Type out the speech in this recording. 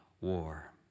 war